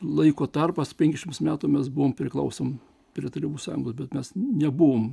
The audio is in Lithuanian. laiko tarpas penkiasdešims metų mes buvom priklausom prie tarybų sąjungos bet mes nebuvom